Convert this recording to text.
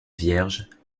vierges